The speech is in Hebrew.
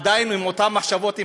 עדיין עם אותן מחשבות,